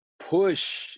push